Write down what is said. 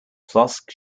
flask